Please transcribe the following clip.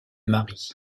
mary